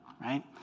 Right